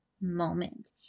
moment